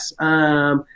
yes